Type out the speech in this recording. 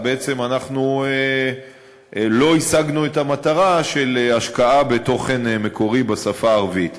אז אנחנו לא השגנו את המטרה של השקעה בתוכן מקורי בשפה הערבית.